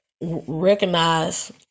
recognize